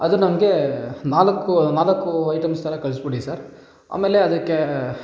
ಅದು ನನಗೆ ನಾಲ್ಕು ನಾಲ್ಕೂ ಐಟಮ್ಸ್ ಥರ ಕಳಿಸ್ಬಿಡಿ ಸರ್ ಆಮೇಲೆ ಅದಕ್ಕೆ